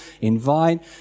invite